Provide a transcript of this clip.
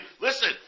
listen